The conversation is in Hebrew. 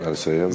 נא לסיים.